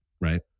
right